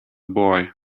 boy